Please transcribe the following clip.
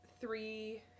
three